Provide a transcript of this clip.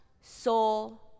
soul